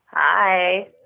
Hi